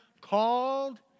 called